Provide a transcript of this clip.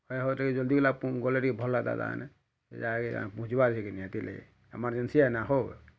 ହଏ ହଉ ଟିକେ ଜଲ୍ଦି ଗଲେ ଗଲେ ଟିକେ ଭଲ୍ ହେତା ତାହାନେ ଯାଗାକେ ବୁଝିବା କି ନିହାତି ହେତିର୍ ଲାଗି ଏମର୍ଜେନ୍ସି ହେ ନା ହୋ